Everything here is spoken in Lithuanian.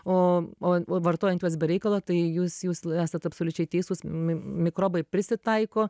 o o o vartojant juos be reikalo tai jūs jūs esat absoliučiai teisus mi mikrobai prisitaiko